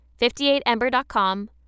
58Ember.com